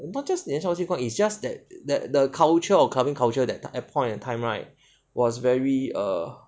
not just 年少轻狂 it's just that that the culture of clubbing culture that at point of time right was very err